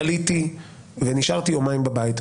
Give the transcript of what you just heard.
חליתי ונשארתי יומיים בבית,